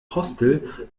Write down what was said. hostel